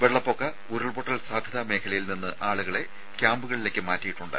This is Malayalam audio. വെള്ളപ്പൊക്ക ഉരുൾപൊട്ടൽ സാധ്യതാ മേഖലയിൽ നിന്ന് ആളുകളെ ക്യാമ്പുകളിലേക്ക് മാറ്റിയിട്ടുണ്ട്